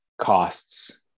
costs